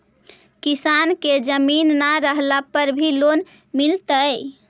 किसान के जमीन न रहला पर भी लोन मिलतइ?